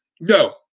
no